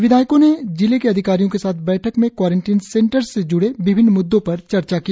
विधायको ने जिले के अधिकारियों के साथ बैठक में क्वारेंटिन सेंटर्स से ज्ड़े विभिन्न मुद्दों पर चर्चा की